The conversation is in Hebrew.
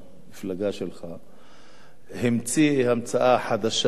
המציא המצאה חדשה בשלום עם הפלסטינים,